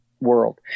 world